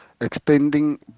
extending